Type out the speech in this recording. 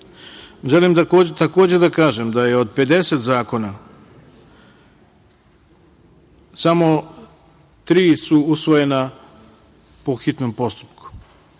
akata. Želim takođe da kažem da od 50 zakona, samo su tri usvojena po hitnom postupku.